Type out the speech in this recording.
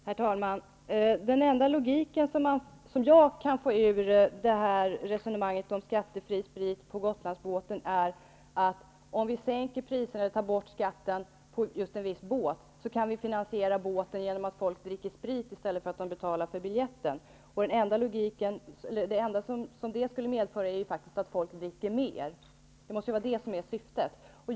Herr talman! Den enda logik som jag kan få ut av resonemanget om skattefri sprit på Gotlandsbåtar är, att om vi sänker priserna och tar bort skatten för en viss båt, kan vi finansiera båten genom att folk dricker sprit i stället för att betala för biljetten. Det enda som detta skulle medföra är faktiskt att folk dricker mer. Detta måste vara syftet.